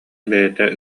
бэйэтэ